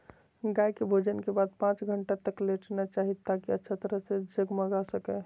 गाय के भोजन के बाद पांच घंटा तक लेटना चाहि, ताकि अच्छा तरह से जगमगा सकै